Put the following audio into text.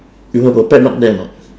you got the padlock there or not